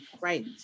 Right